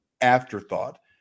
afterthought